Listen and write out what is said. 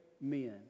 men